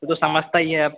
तू तो समझता ही है अब